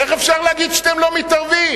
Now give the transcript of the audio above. איך אפשר להגיד שאתם לא מתערבים?